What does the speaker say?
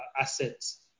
assets